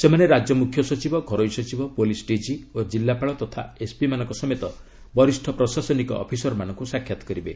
ସେମାନେ ରାଜ୍ୟ ମୁଖ୍ୟ ସଚିବ ଘରୋଇ ସଚିବ ପୁଲିସ୍ ଡିକି ଓ କିଲ୍ଲାପାଳ ତଥା ଏସ୍ପିମାନଙ୍କ ସମେତ ବରିଷ୍ଠ ପ୍ରଶାସନିକ ଅଫିସରମାନଙ୍କୁ ସାକ୍ଷାତ୍ କରିବେ